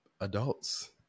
adults